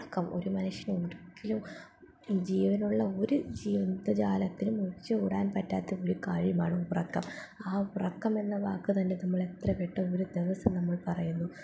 ഉറക്കം ഒരു മനുഷ്യന് ഒരിക്കലും ജീവനുള്ള ഒരു ജീവിതജാലത്തിനും ഒഴിച്ച് കൂടാൻ പറ്റാത്ത ഒരു കാര്യമാണ് ഉറക്കം ആ ഉറക്കം എന്ന വാക്കു തന്നെ നമ്മൾ എത്ര വട്ടം ഒരു ദിവസം നമ്മൾ പറയുന്നു